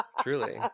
Truly